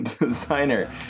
designer